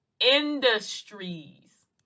industries